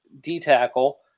D-tackle